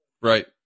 Right